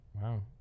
Wow